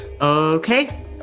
Okay